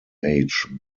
age